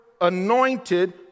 anointed